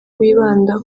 wibanda